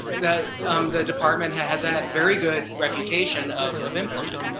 that the department has had very good reputation of of implement.